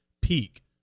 peak